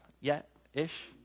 yet-ish